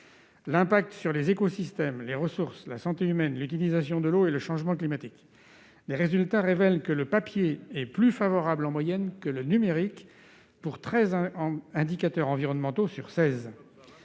l'impact sur les écosystèmes, les ressources, la santé humaine, l'utilisation de l'eau et le changement climatique. Les résultats révèlent que le papier est plus favorable en moyenne que le numérique pour treize indicateurs environnementaux sur